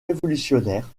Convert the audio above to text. révolutionnaire